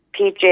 PJ